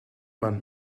man